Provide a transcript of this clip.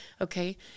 okay